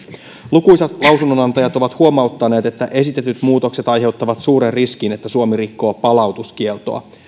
lukuisat lausunnonantajat ovat huomauttaneet että esitetyt muutokset aiheuttavat suuren riskin siitä että suomi rikkoo palautuskieltoa